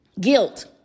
Guilt